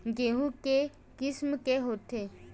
गेहूं के किसम के होथे?